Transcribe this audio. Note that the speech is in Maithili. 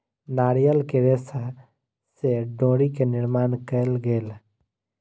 नारियल के रेशा से डोरी के निर्माण कयल गेल